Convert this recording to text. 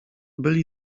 byli